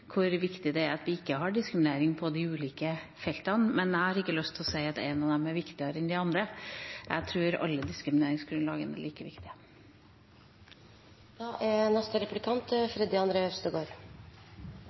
hvor viktig det er at vi ikke har diskriminering på de ulike feltene. Men jeg har ikke lyst til å si at et av dem viktigere enn de andre. Jeg tror alle diskrimineringsgrunnlagene er like viktige. Det er